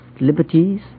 liberties